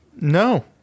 No